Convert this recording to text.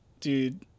dude